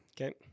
okay